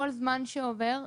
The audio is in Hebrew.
כל זמן שעובר הוא